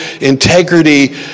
Integrity